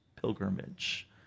pilgrimage